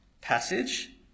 passage